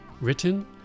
written